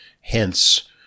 hence